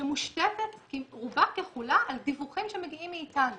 שמושתתת רובה ככולה על דיווחים שמגיעים מאיתנו,